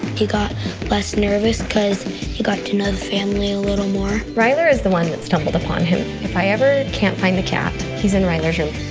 he got less nervous, cause he got to know the family a little more. ryler is the one who but stumbled upon him. if i ever can't find the cat, he's in ryler's room.